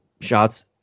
shots